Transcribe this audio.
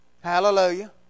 Hallelujah